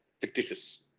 fictitious